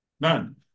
None